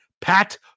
Pat